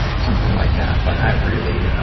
something like that. but i really, ah,